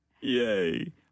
yay